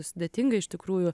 sudėtinga iš tikrųjų